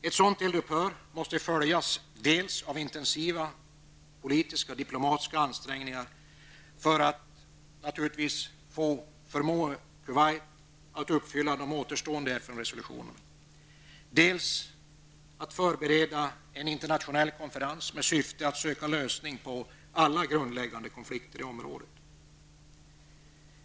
Ett sådant eldupphör måste följas dels av intensiva politiska och diplomatiska ansträngningar för att förmå Irak att uppfylla de återstående FN-resolutionerna, dels av förberedelser till en internationell konferens med syfte att söka en lösning på alla grundläggande konflikter i området.